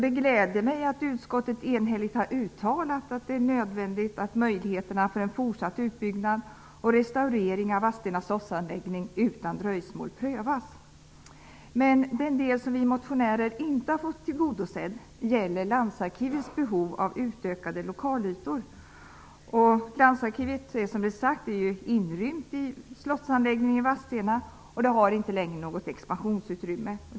Det gläder mig att utskottet enhälligt uttalat att det är nödvändigt att möjligheterna för en fortsatt utbyggnad och restaurering av Vadstena slottsanläggning utan dröjsmål prövas. Den del vi motionärer inte har fått tillgodosedd gäller Landsarkivets behov av utökade lokalytor. Som redan sagts är Landsarkivet inrymt i slottsanläggningen i Vadstena och har inte längre något expansionsutrymme.